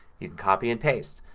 copy and paste.